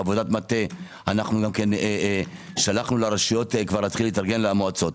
כעבודת מטה אנו גם שלחנו לרשויות להתחיל להתארגן למועצות.